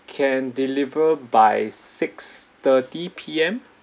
can deliver by six-thirty P_M